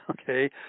okay